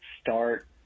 start